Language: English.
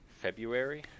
February